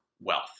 wealth